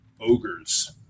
ogres